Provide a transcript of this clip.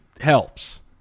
helps